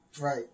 Right